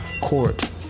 court